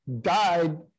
died